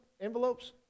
envelopes